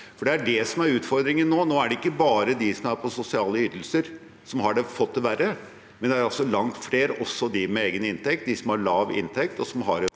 Det er det som er utfordringen nå. Nå er det ikke bare de som er på sosiale ytelser som har fått det verre, men det er altså langt flere, også de med egen inntekt, de som har lav inntekt og har